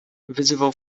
wyzywał